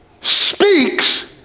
speaks